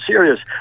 serious